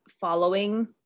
following